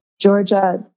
Georgia